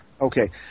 Okay